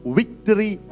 victory